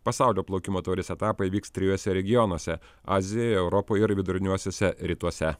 pasaulio plaukimo taurės etapai vyks trijuose regionuose azijoje europoj viduriniuosiuose rytuose